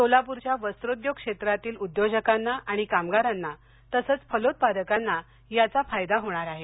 सोलापूरच्या वस्त्रोद्योग क्षेत्रातील उद्योजकांना आणि कामगारांना तसंच फलोत्पादकांना याचा फायदा होणार आहे